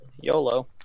YOLO